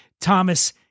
Thomas